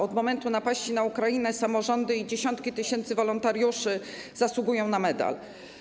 Od momentu napaści na Ukrainę samorządy i dziesiątki tysięcy wolontariuszy zasługują na medal.